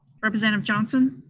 representative johnson?